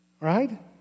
right